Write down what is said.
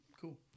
cool